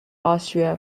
austria